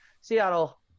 Seattle